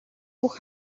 бүх